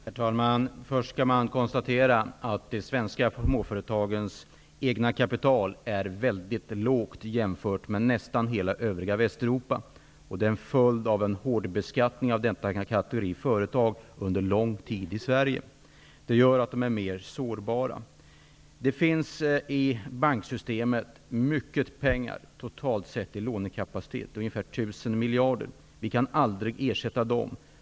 Herr talman! Först skall konstateras att de svenska småföretagens egna kapital är mycket lågt jämfört med företag i nästan hela Västeuropa. Det är en följd av en hårdbeskattning av denna kategori företag i Sverige under lång tid. Det gör att de är mer sårbara. Det finns mycket pengar i banksystemet totalt sett i form av lånekapacitet, ungefär 1 000 miljarder. Statliga medel kan aldrig ersätta dem.